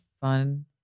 fun